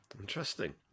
Interesting